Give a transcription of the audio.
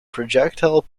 projectile